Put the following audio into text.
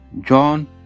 John